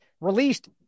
released